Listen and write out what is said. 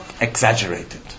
exaggerated